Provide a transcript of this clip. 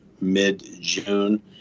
mid-june